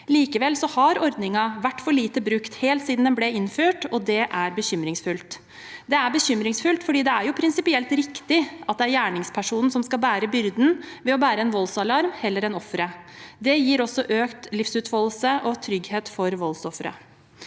Likevel har ordningen vært for lite brukt helt siden den ble innført, og det er bekymringsfullt. Det er bekymringsfullt fordi det er prinsipielt riktig at det er gjerningspersonen som skal bære byrden ved å bære en voldsalarm, heller enn offeret. Det gir også økt livsutfoldelse og trygghet for voldsofre.